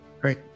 Great